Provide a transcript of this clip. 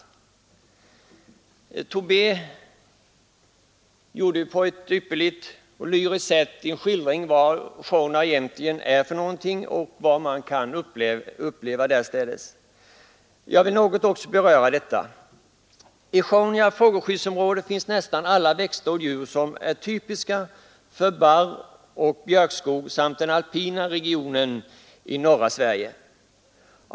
Herr Tobé gjorde här en ypperlig lyrisk skildring av vad Sjaunja egentligen är och vad man kan uppleva där. I Sjaunja fågelskyddsområde finns nästan alla växter och djur som är typiska för barroch björkskog samt den alpina regionen i norra Sverige.